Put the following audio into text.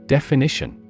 Definition